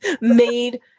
made